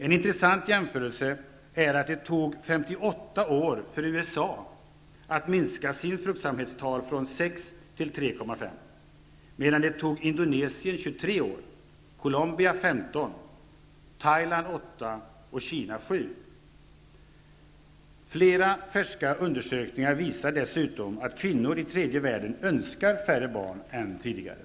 En intressant jämförelse är att det tog 58 år för USA att minska sitt fruktsamhetstal från 6 till 3,5 barn, medan det tog Indonesien 23 år, Colombia 15 år, Thailand 8 år och Kina 7 år. Flera färska undersökningar visar dessutom att kvinnor i tredje världen önskar färre barn än tidigare.